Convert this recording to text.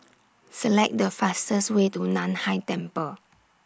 Select The fastest Way to NAN Hai Temple